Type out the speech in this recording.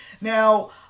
Now